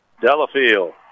Delafield